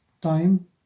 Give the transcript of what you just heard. time